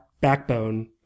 backbone